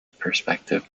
perspective